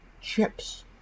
chips